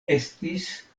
estis